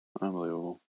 Unbelievable